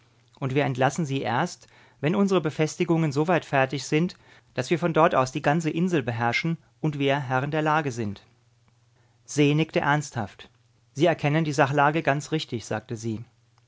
und wir entlassen sie erst wenn unsre befestigungen soweit fertig sind daß wir von dort aus die ganze insel beherrschen und wir herren der lage sind se nickte ernsthaft sie erkennen die sachlage ganz richtig sagte sie